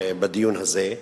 בדיון הזה,